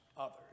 Others